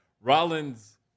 Rollins